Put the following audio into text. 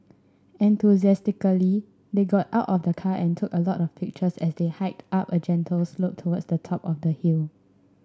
enthusiastically they got out of the car and took a lot of pictures as they hiked up a gentle slope towards the top of the hill